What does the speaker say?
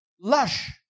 lush